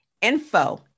info